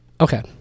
Okay